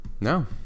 No